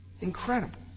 Incredible